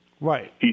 Right